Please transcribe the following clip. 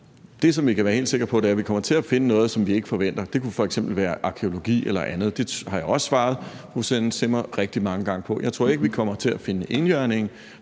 Det, som vi kan være helt sikre på, er, at vi kommer til at finde noget, som vi ikke forventer. Det kunne f.eks. være arkæologiske fund eller andet. Det har jeg også svaret fru Susanne Zimmer rigtig mange gange. Jeg tror ikke, vi kommer til at finde enhjørninger,